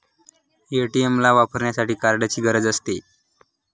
ATM ला वापरण्यासाठी कार्डची गरज असते